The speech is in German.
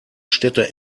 städte